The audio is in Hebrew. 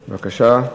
בבקשה.